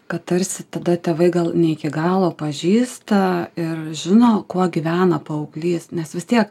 kad tarsi tada tėvai gal ne iki galo pažįsta ir žino kuo gyvena paauglys nes vis tiek